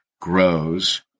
grows